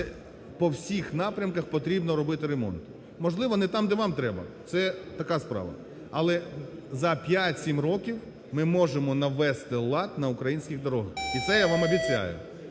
по всіх напрямках потрібно робити ремонт. Можливо, не там, де вам треба – це така справа. Але за 5-7 років ми можемо навести лад на українських дорогах. І це я вам обіцяю.